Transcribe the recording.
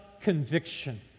conviction